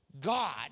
God